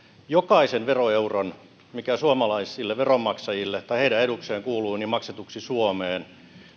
jokaisen veroeuron mikä suomalaisille veronmaksajille tai heidän edukseen kuuluu maksetuksi suomeen